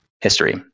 history